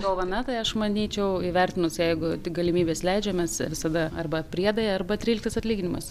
dovana tai aš manyčiau įvertinus jeigu tik galimybės leidžia mes visada arba priedai arba tryliktas atlyginimas